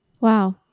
Wow